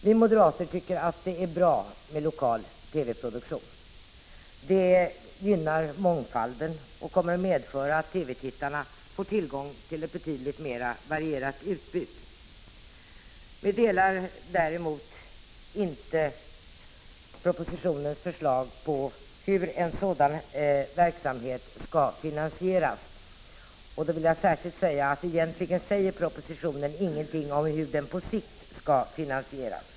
Vi moderater tycker att det är bra med lokal TV-produktion. Det gynnar mångfalden och kommer att medföra att TV-tittarna får tillgång till ett betydligt mera varierat utbud. Vi delar däremot inte förslaget i propositionen om hur en sådan verksamhet skall finansieras. Jag vill särskilt påpeka att det egentligen inte sägs någonting i propositionen om hur verksamheten på sikt skall finansieras.